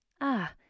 Ah